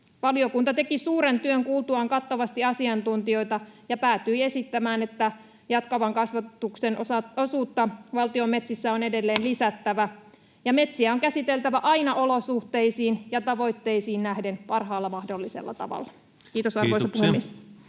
Valiokunta teki suuren työn kuultuaan kattavasti asiantuntijoita ja päätyi esittämään, että jatkuvan kasvatuksen osuutta valtion metsissä on edelleen lisättävä ja metsiä on käsiteltävä aina olosuhteisiin ja tavoitteisiin nähden parhaalla mahdollisella tavalla. — Kiitos, arvoisa puhemies.